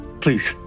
please